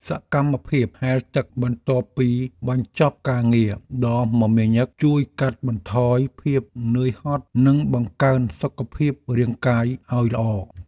សកម្មភាពហែលទឹកបន្ទាប់ពីបញ្ចប់ការងារដ៏មមាញឹកជួយកាត់បន្ថយភាពនឿយហត់និងបង្កើនសុខភាពរាងកាយឱ្យល្អ។